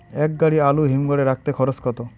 এক গাড়ি আলু হিমঘরে রাখতে খরচ কত?